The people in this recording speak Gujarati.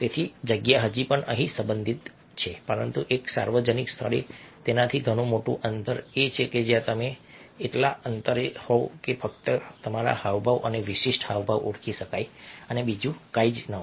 તેથી જગ્યા હજી પણ અહીં સંબંધિત છે પરંતુ એક સાર્વજનિક સ્થળ તેનાથી ઘણું મોટું અંતર એ છે જ્યાં તમે એટલા અંતરે હોવ કે ફક્ત તમારા હાવભાવ અને વિશિષ્ટ હાવભાવ ઓળખી શકાય અને બીજું કંઈ નહીં